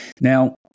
Now